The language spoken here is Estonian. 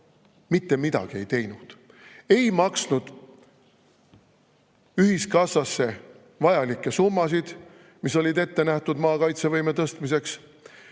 Mitte midagi ei teinud. Ei maksnud ühiskassasse vajalikke summasid, mis olid ette nähtud maakaitsevõime tõstmiseks,